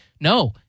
no